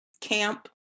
camp